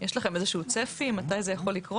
יש להם איזשהו צפי לגבי מתי הדבר הזה יכול לקרות?